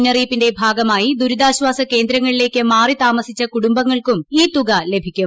മുന്നറിയിപ്പിന്റെ പ്രഭാഗമായി ദുരിതാശ്വാസ കേന്ദ്രങ്ങളിലേക്ക് മാറി താമസിച്ചു കൂടുംബങ്ങൾക്കും ഈ തുക ലഭിക്കും